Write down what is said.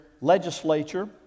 legislature